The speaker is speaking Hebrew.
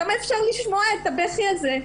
כמה אפשר לשמוע את הבכי הזה?